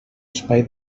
espai